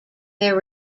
their